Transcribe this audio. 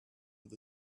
with